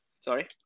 Sorry